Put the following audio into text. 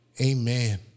amen